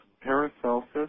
Paracelsus